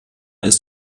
ist